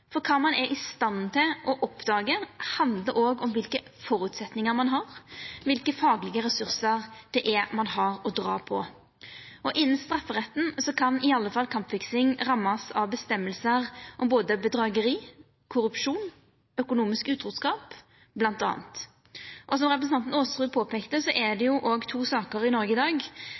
for kva ein er i stand til å oppdaga, handlar òg om kva for føresetnadar ein har, kva for faglege ressursar ein har å dra på. Innan strafferetten kan ein i alle fall ramma kampfiksing med føresegner om bl.a. bedrageri, korrupsjon og økonomisk utruskap. Som representanten Aasrud påpeika, er det i Noreg i dag to saker